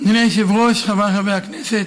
אדוני היושב-ראש, חבריי חברי הכנסת,